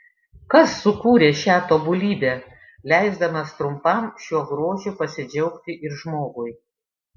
kas sukūrė šią tobulybę leisdamas trumpam šiuo grožiu pasidžiaugti ir žmogui